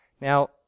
Now